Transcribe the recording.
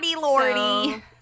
Lordy